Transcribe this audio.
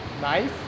Nice